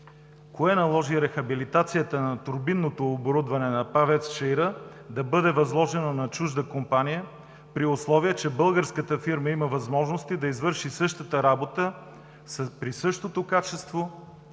кое наложи рехабилитацията на турбинното оборудване на ПАВЕЦ „Чаира“ да бъде възложено на чужда компания, при условие че българската фирма има възможности да извърши същата работа при същото качество